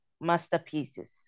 Masterpieces